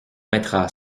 mettra